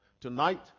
tonight